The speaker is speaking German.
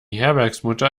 herbergsmutter